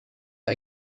wir